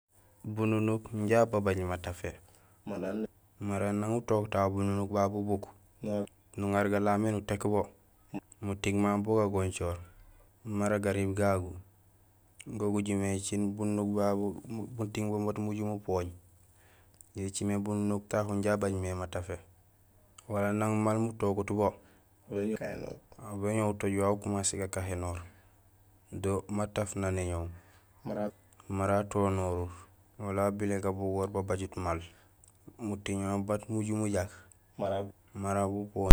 Bununuk inja ababaj matafé; mara nang utook tahu bununuk ba bubuk nuŋar galamé uték bo, muting mamu bu gagoncoor mara gariib gagu go gubilmé écil bununuk babu muting bo mat muju mupooñ yo écimé bununuk tahu inja abaj mé matafé wala nang maal mutogut bo, aw béñoow utooj wawu ukumasé gakahénol do mataf naan éñoow mara atonorut wala abilé gabugoor babajut maal muting hol mat muju mujak mara bupoñut.